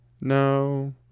No